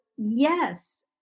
Yes